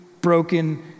broken